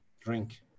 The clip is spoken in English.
drink